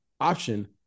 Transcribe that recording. option